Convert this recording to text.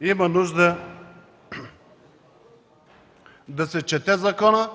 има нужда да се чете законът,